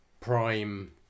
prime